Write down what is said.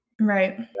Right